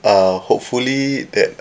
uh hopefully that